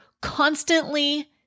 constantly